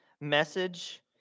message